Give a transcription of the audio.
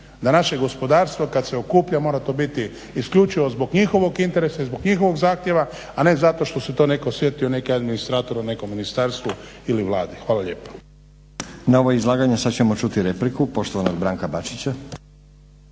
da naše gospodarstvo kada se okuplja mora to biti isključivo zbog njihovog interesa i zbog njihovog zahtjeva, a ne zato što se to neko sjetio neki administrator u nekom ministarstvu ili Vladi. Hvala lijepa. **Stazić, Nenad (SDP)** Na ovo izlaganje sada ćemo čuti repliku poštovanog Branka Bačića.